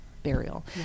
burial